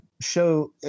show